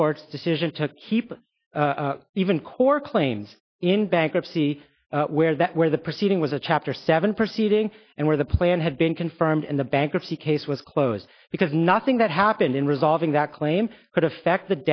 court decision to keep even core claims in bankruptcy where that where the proceeding was a chapter seven sitting and where the plan had been confirmed and the bankruptcy case was closed because nothing that happened in resolving that claim could affect the